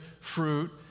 fruit